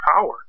power